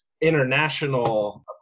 international